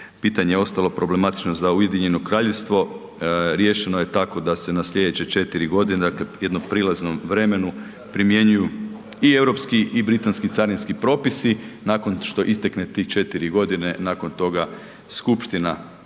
pitanje ostalo problematično za UK. Riješeno je tako da se na sljedeće 4 godine, dakle jednom prilaznom vremenu primjenjuju i europski i britanski carinski propisi. Nakon što istekne tih 4 godine, nakon toga Skupština